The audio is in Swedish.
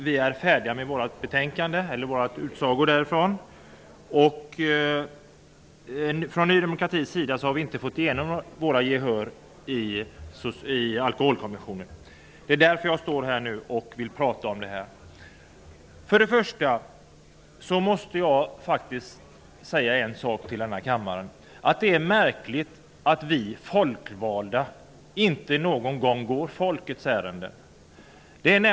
Vi är klara med vår rapport. Från Ny demokratis sida har vi inte fått något gehör i Alkoholkommissionen. Det är anledningen till att jag har begärt ordet. Det är märkligt att vi folkvalda aldrig går folkets ärenden.